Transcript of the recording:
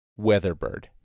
Weatherbird